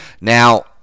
Now